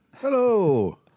hello